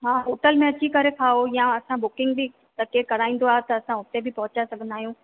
हा होटल में अची करे खाओ या असां बुकिंग बि त केरु कराईंदो आहे त असां उते बि पहुंचाए सघंदा आहियूं